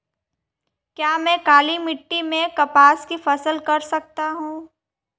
क्या मैं काली मिट्टी में कपास की फसल कर सकता हूँ?